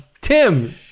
Tim